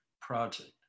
project